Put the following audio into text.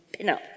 pinup